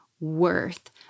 worth